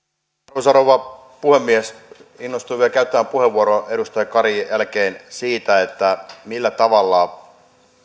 arvoisa rouva puhemies innostuin vielä käyttämään puheenvuoron edustaja karin jälkeen siitä millä tavalla